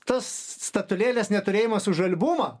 tas statulėlės neturėjimas už albumą